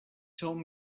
told